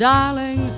Darling